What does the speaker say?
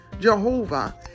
Jehovah